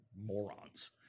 morons